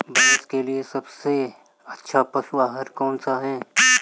भैंस के लिए सबसे अच्छा पशु आहार कौनसा है?